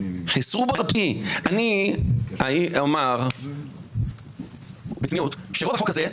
אני אומר בצניעות שרוב החוק הזה,